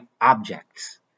objects